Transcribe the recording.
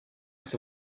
with